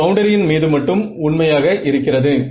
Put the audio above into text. இது பவுண்டரியின் மீது மட்டும் உண்மையாக இருக்கிறது